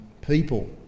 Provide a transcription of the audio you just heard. people